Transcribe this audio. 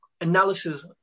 analysis